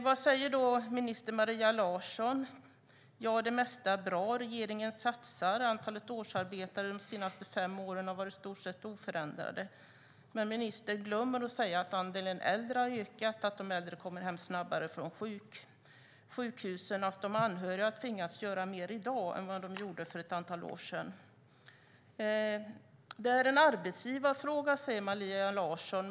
Vad säger då minister Maria Larsson? Ja, det mesta är bra, regeringen satsar och antalet årsarbetare har de senaste fem åren varit i stort sett oförändrat. Men ministern glömmer att säga att andelen äldre har ökat, att de äldre kommer hem snabbare från sjukhusen och att de anhöriga tvingas göra mer i dag än vad de gjorde för ett antal år sedan. Det är en arbetsgivarfråga, säger Maria Larsson.